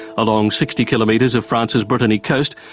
along sixty kilometres of france's brittany coast,